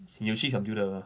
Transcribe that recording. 你有去 siam diu 的 mah